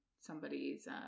somebody's